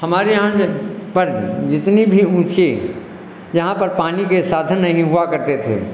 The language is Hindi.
हमारे यहाँ पर जितनी भी ऊँचे जहाँ पर पानी के साधन नहीं हुआ करते थे